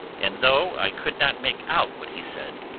and though i could not make out what he said,